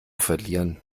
verlieren